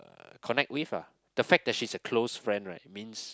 connect with ah the fact that she's a close friend right means